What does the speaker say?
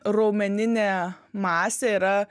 raumeninė masė yra